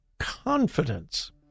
confidence